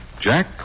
Jack